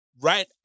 Right